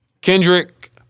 Kendrick